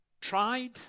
tried